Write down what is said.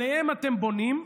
עליהם אתם בונים.